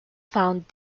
found